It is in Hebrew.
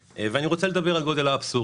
רוצה לדבר על גודל האבסורד: